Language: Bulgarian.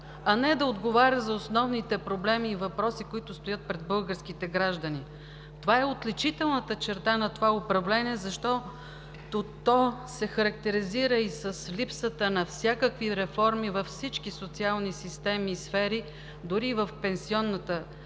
а не да отговаря за основните проблеми и въпроси, които стоят пред българските граждани. Това е отличителната черта на това управление, защото то се характеризира и с липсата на всякакви реформи във всички социални системи и сфери, дори в пенсионната система,